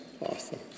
Awesome